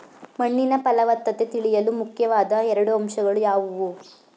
ಮಣ್ಣಿನ ಫಲವತ್ತತೆ ತಿಳಿಯಲು ಮುಖ್ಯವಾದ ಎರಡು ಅಂಶಗಳು ಯಾವುವು?